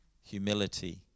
humility